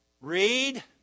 read